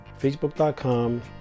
facebook.com